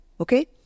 Okay